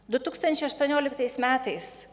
du tūkstančiai aštuonioliktais metais